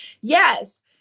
yes